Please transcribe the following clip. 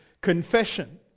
confession